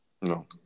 No